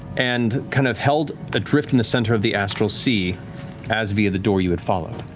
and kind of held adrift in the center of the astral sea as via the door you had followed.